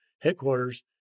headquarters